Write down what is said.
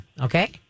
Okay